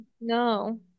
No